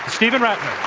steven rattner.